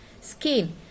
Skin